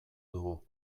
dugu